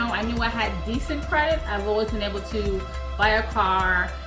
um i knew i had decent credit. i've always been able to buy a car.